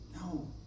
No